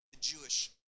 Jewish